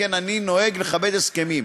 שכן אני נוהג לכבד הסכמים.